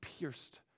pierced